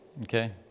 okay